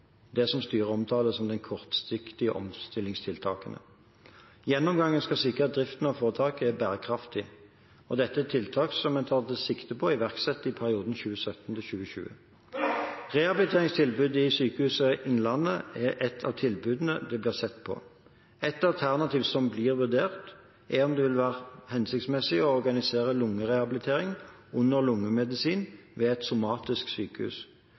som de kortsiktige omstillingstiltakene. Gjennomgangen skal sikre at driften av foretaket er bærekraftig, og dette er tiltak det tas sikte på å iverksette i perioden 2017–2020 Rehabiliteringstilbudet i Sykehuset Innlandet er et av tilbudene det blir sett på. Ett alternativ som blir vurdert, er om det vil være hensiktsmessig å organisere lungerehabilitering under lungemedisin ved et somatisk sykehus.